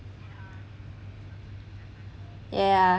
yeah